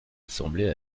assemblée